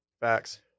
Facts